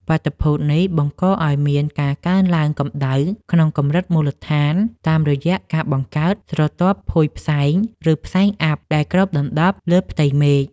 បាតុភូតនេះបង្កឱ្យមានការកើនឡើងកម្ដៅក្នុងកម្រិតមូលដ្ឋានតាមរយៈការបង្កើត ស្រទាប់ភួយផ្សែង ឬផ្សែងអ័ព្ទ ដែលគ្របដណ្ដប់លើផ្ទៃមេឃ។